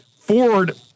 Ford